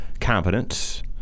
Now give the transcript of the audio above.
competence